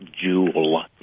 jewel